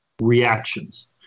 reactions